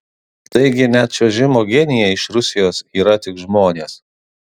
taigi net čiuožimo genijai iš rusijos yra tik žmonės